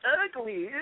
ugly